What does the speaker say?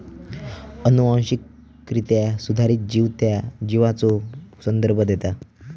अनुवांशिकरित्या सुधारित जीव त्या जीवाचो संदर्भ देता